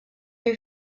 you